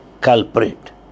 culprit